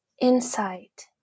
insight